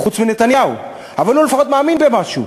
חוץ מנתניהו, אבל הוא לפחות מאמין במשהו.